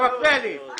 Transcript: את